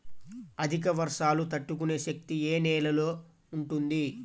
అధిక వర్షాలు తట్టుకునే శక్తి ఏ నేలలో ఉంటుంది?